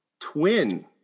Twin